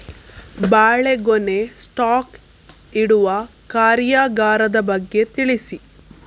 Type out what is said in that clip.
ಬಾಳೆಗೊನೆ ಸ್ಟಾಕ್ ಇಡುವ ಕಾರ್ಯಗಾರದ ಬಗ್ಗೆ ತಿಳಿಸಿ